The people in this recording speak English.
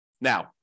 Now